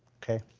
ok.